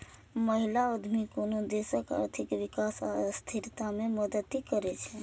महिला उद्यमी कोनो देशक आर्थिक विकास आ स्थिरता मे मदति करै छै